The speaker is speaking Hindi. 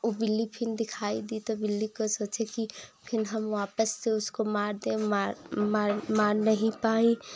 ऊ बिल्ली फिर दिखाई दी तो बिल्ली को सोचे कि फिर हम वापस उसको मारते मार मार नहीं पाए